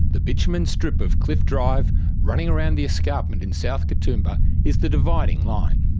the bitumen strip of cliff drive running around the escarpment in south katoomba is the dividing line.